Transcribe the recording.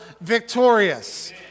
victorious